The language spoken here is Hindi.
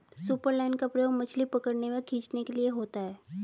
सुपरलाइन का प्रयोग मछली पकड़ने व खींचने के लिए होता है